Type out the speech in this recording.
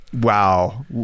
wow